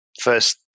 first